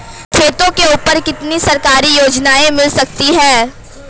खेतों के ऊपर कितनी सरकारी योजनाएं मिल सकती हैं?